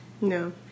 No